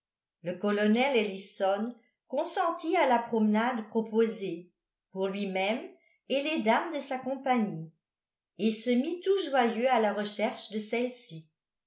le colonel ellison consentit à la promenade proposée pour lui-même et les dames de sa compagnie et se mit tout joyeux à la recherche de celle-ci